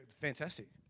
Fantastic